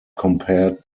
compared